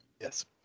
Yes